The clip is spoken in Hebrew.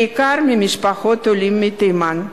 בעיקר ממשפחות עולים מתימן,